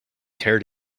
tear